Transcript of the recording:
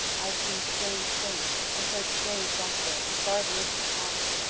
i have seen strange things, and heard strange laughter and far voices calling.